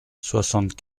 soixante